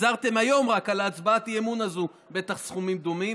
פיזרתם היום רק על הצבעת האי-אמון הזאת בטח סכומים דומים.